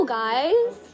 guys